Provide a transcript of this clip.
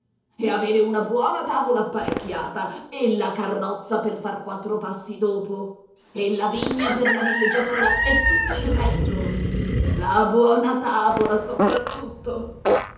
e avere una buona tavola apparecchiata e la carrozza per far quattro passi dopo e la vigna per la villeggiatura e tutto il resto la buona tavola soprattutto